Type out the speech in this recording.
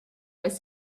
was